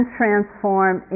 transform